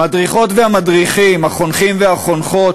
המדריכות והמדריכים, החונכים והחונכות,